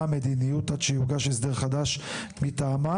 מה המדיניות עד שיוגש הסדר חדש מטעמם.